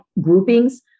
groupings